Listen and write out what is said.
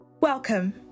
Welcome